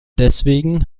deswegen